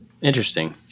Interesting